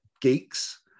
geeks